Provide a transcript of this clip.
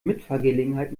mitfahrgelegenheit